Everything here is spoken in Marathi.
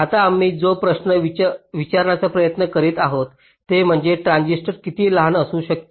आता आम्ही जो प्रश्न विचारण्याचा प्रयत्न करीत आहोत ते म्हणजे ट्रान्झिस्टर किती लहान असू शकते